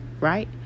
Right